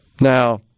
Now